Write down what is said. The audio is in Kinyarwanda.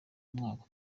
umwaka